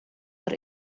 der